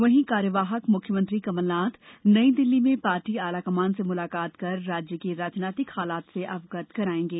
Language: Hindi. वहीं कार्यवाहक मुख्यमंत्री कमलनाथ नई दिल्ली में पार्टी आलाकमान से मुलाकात कर राज्य के राजनीतिक हालात से अवगत कराएंगे